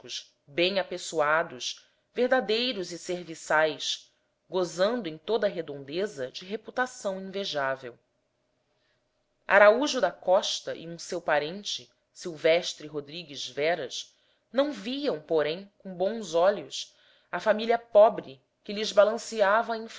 bem apessoados verdadeiros e serviçais gozando em toda redondeza de reputação invejável araújo da costa e um seu parente silvestre rodrigues veras não viam porém com bons olhos a família pobre que lhes balanceava